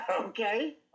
Okay